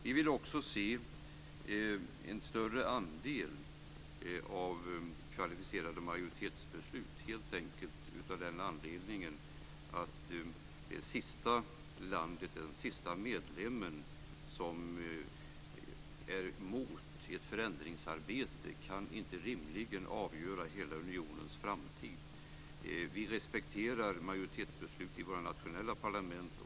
Vi vill också se en större andel beslut med kvalificerad majoritet. Det gör vi helt enkelt av den anledningen att det sista landet, den sista medlemmen, som är mot ett förändringsarbete inte rimligen kan avgöra hela unionens framtid. Vi respekterar majoritetsbeslut i våra nationella parlament.